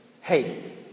hey